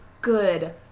good